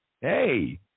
Hey